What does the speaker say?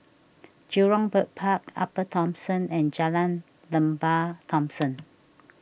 Jurong Bird Park Upper Thomson and Jalan Lembah Thomson